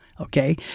Okay